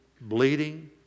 bleeding